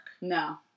No